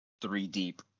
three-deep